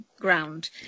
ground